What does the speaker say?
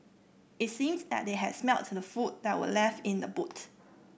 it seemed that they had smelt the food that were left in the boot